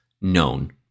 known